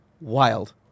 wild